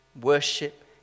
worship